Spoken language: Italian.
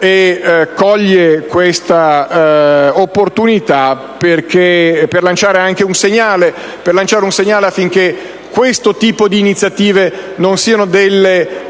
e coglie questa opportunità anche per lanciare un segnale affinché questo tipo di iniziative non siano dei